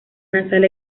nasal